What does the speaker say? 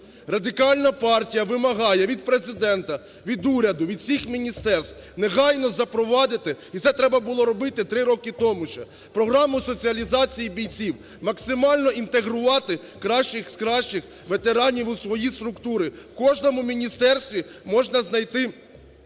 Радикальна партія вимагає від Президента, від уряду, від всіх міністерств негайно запровадити, і це треба було робити три роки тому ще, програму соціалізації бійців. Максимально інтегрувати кращих з кращих ветеранів у свої структури. У кожному міністерстві можна знайти